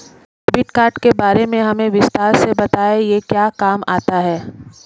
Debit card के बारे में हमें विस्तार से बताएं यह क्या काम आता है?